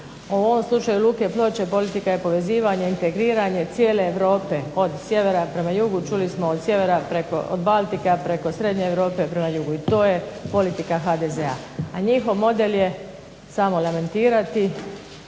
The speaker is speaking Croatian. u ovom slučaju luke Ploče politika je povezivanje, integriranje cijele Europe od sjevera prema jugu. Čuli smo od sjevera preko Baltika preko Srednje Europe prema jugu. I to je politika HDZ-a. A njihov model je samo lamentirati,